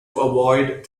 avoid